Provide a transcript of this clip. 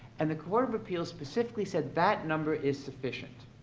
and the court of appeals specifically said that number is sufficient.